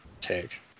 take